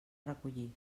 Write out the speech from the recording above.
recollir